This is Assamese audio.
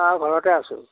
অঁ ঘৰতে আছোঁ